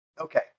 Okay